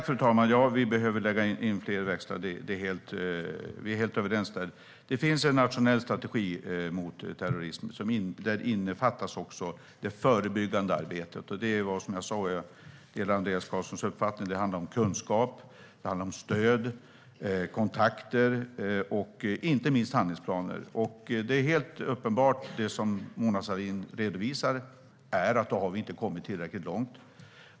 Fru talman! Vi behöver lägga in fler växlar. Vi är helt överens om det. Det finns en nationell strategi mot terrorism. Där innefattas också det förebyggande arbetet. Som jag sa delar jag Andreas Carlsons uppfattning: Det handlar om kunskap. Det handlar om stöd, kontakter och inte minst handlingsplaner. Det är helt uppenbart av det som Mona Sahlin redovisar att vi inte har kommit tillräckligt långt.